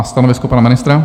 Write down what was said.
Stanovisko pana ministra?